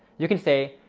you can say,